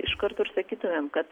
iš karto ir sakytumėm kad